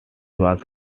was